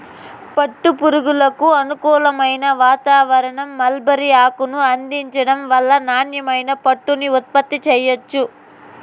పట్టు పురుగులకు అనుకూలమైన వాతావారణం, మల్బరీ ఆకును అందించటం వల్ల నాణ్యమైన పట్టుని ఉత్పత్తి చెయ్యొచ్చు